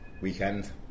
weekend